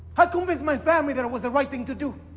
i convinced my family that it was the right thing to do.